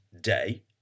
day